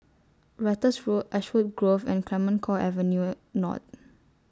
Ratus Road Ashwood Grove and Clemenceau Avenue North